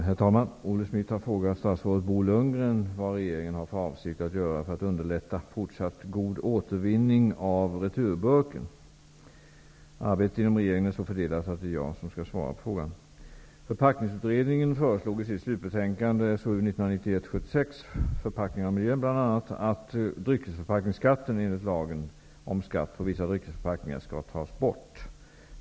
Herr talman! Olle Schmidt har frågat statsrådet Bo Lundgren vad regeringen har för avsikt att göra för att underlätta fortsatt god återvinning av returburken. Arbetet inom regeringen är så fördelat att det är jag som skall svara på frågan. Förpackningsutredningen föreslog i sitt slutbetänkande Förpackningarna och miljön bl.a. att dryckesförpackningsskatten enligt lagen om skatt på vissa dryckesförpackningar skall tas bort.